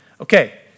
Okay